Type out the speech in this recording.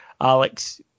Alex